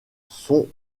sont